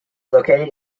located